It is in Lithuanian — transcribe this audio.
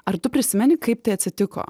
ar tu prisimeni kaip tai atsitiko